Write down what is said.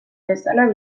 bezala